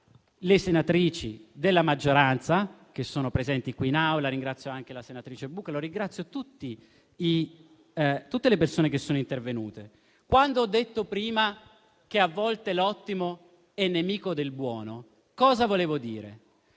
le senatrici della maggioranza che sono presenti qui in Aula, anche la senatrice Bucalo e tutte le persone che sono intervenute. Quando ho detto prima che a volte l'ottimo è nemico del buono, volevo dire